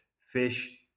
fish